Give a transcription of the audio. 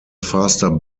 faster